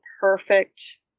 perfect